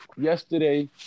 yesterday